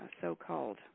so-called